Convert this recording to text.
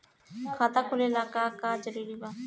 खाता खोले ला का का जरूरी बा?